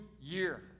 year